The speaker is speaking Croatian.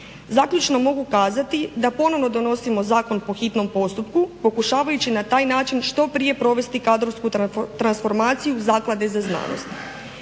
Zaključno mogu kazati da ponovno donosimo zakon po hitnom postupku, pokušavajući na taj način što prije provesti kadrovsku transformaciju Zaklade za znanost.